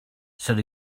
said